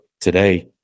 today